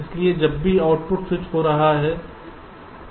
इसलिए जब भी आउटपुट स्विच हो रहा हो